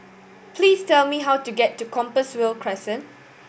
please tell me how to get to Compassvale Crescent